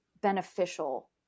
beneficial